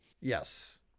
Yes